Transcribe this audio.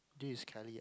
this is Kelly ah